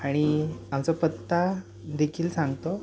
आणि आमचा पत्ता देखील सांगतो